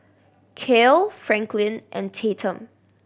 Kale Franklin and Tatum